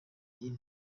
ine